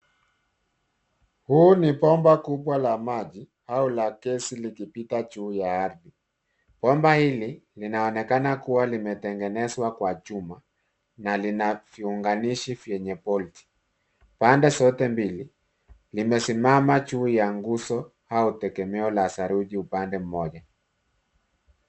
Huu ni bomba kubwa la maji au la gesi likipita juu ya ardhi. Bomba hili linaonekana kuwa limetengenzwa kwa chuma na lina viunganishi vyenye volt .Pande zote mbili limesimama juu ya nguzo au tegemeo la saruji upande mmoja.